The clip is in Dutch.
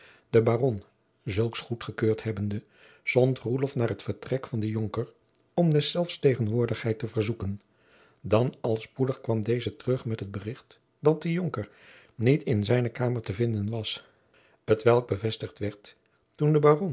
de baron zulks goedgekeurd hebbende zond roelof naar het vertrek van den jonker om deszelfs tegenwoordigheid te verzoeken dan al spoedig kwam deze terug met het bericht dat de jonker niet in zijne kamer te vinden was t welk bevestigd werd toen de